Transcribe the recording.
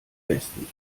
bestens